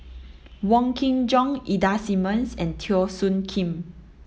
Wong Kin Jong Ida Simmons and Teo Soon Kim